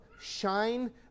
shine